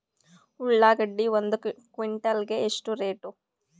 ಉಳ್ಳಾಗಡ್ಡಿ ಒಂದು ಕ್ವಿಂಟಾಲ್ ಗೆ ಎಷ್ಟು ರೇಟು?